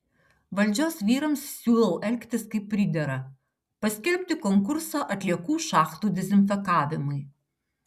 valdžios vyrams siūlau elgtis kaip pridera paskelbti konkursą atliekų šachtų dezinfekavimui